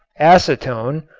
acetone,